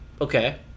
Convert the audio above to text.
Okay